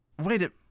wait